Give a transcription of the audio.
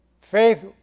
Faith